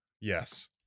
yes